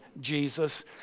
Jesus